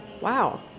Wow